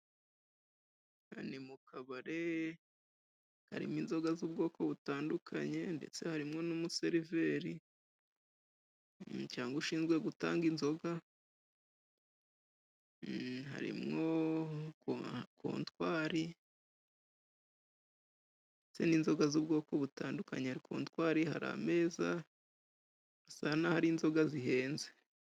Aha ni mu kabare harimo inzoga z'ubwoko butandukanye ndetse harimo n'umuseriveri cyangwa ushinzwe gutanga inzoga, harimwo kontwari ndetse n'inzoga z'ubwoko butandukanye, hari kontwari hari ameza bisa n'aho ari inzoga zihenze.